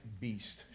beast